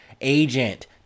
agent